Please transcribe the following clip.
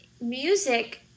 Music